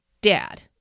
Dad